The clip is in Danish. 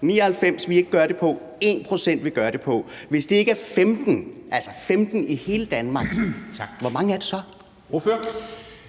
99 pct., vi ikke gør det på, og 1 pct., vi gør det på. Hvis det ikke er 15 – altså 15 i hele Danmark – hvor mange er det så?